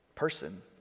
person